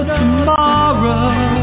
tomorrow